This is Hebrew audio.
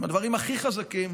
אלה הדברים הכי חזקים,